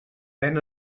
ven